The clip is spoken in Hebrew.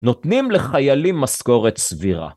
‫נותנים לחיילים מסכורת סבירה.